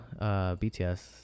BTS